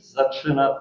zaczyna